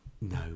No